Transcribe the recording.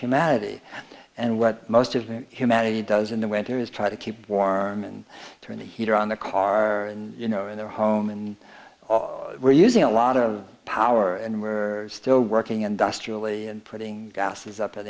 humanity and what most of the humanity does in the winter is try to keep warm and turn the heater on the car and you know in their home and we're using a lot of power and we are still working industrially and putting gases up